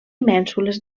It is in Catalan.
mènsules